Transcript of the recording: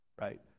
Right